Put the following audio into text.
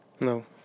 No